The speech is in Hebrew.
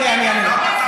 אני אענה לך.